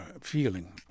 feeling